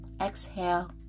exhale